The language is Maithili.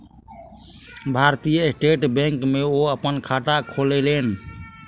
भारतीय स्टेट बैंक में ओ अपन खाता खोलौलेन